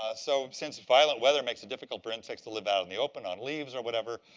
ah so since violent weather makes it difficult for insects to live out in the open on leaves, or whatever,